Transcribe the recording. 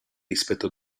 rispetto